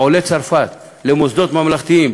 עולי צרפת למוסדות ממלכתיים,